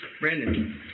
Brandon